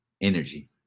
energy